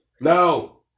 No